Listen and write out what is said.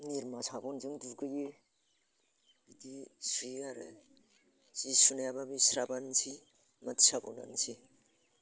निरमा साबुनजों दुगैयो बिदि सुयो आरो जि सुनायाबो बे स्राबानोसै माथि साबुनानोसै